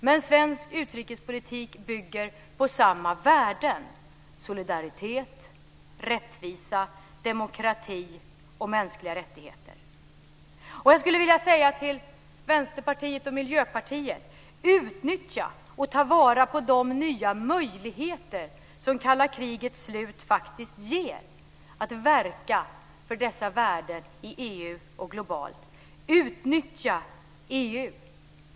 Men svensk utrikespolitik bygger på samma värden: solidaritet, rättvisa, demokrati och mänskliga rättigheter. Till Vänsterpartiet och Miljöpartiet skulle jag vilja säga: Utnyttja och ta vara på de nya möjligheter som kalla krigets slut faktiskt ger att verka för dessa värden i EU och globalt. Utnyttja EU.